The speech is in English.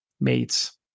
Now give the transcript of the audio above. mates